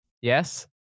Yes